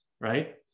right